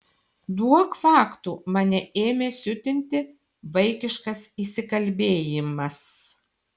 duok faktų mane ėmė siutinti vaikiškas įsikalbėjimas